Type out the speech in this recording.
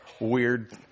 weird